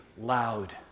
loud